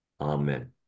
Amen